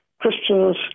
Christians